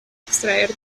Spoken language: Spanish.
extraer